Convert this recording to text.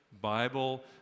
Bible